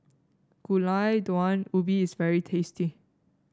Gulai Daun Ubi is very tasty